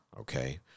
okay